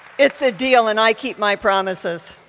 it's a deal and i keep my promises.